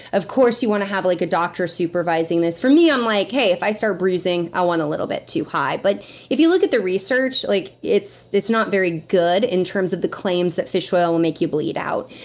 of course, you want to have like a doctor supervising this. for me, i'm like, hey, if i start bruising, i went a little bit too high. but if you look at the research, like it's not very good in terms of the claims that fish oil will make you bleed out.